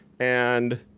and